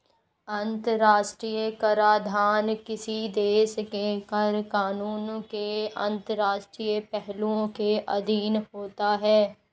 अंतर्राष्ट्रीय कराधान किसी देश के कर कानूनों के अंतर्राष्ट्रीय पहलुओं के अधीन होता है